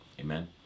amen